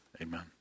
amen